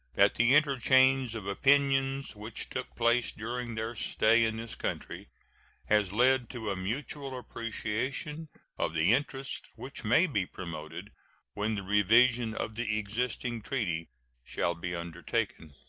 that the interchange of opinions which took place during their stay in this country has led to a mutual appreciation of the interests which may be promoted when the revision of the existing treaty shall be undertaken.